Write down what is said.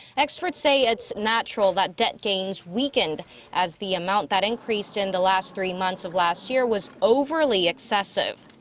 experts say. it's natural that debt gains weakened as the amount that increased in the last three months of last year was overly excessive.